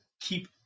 keep